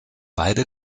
beide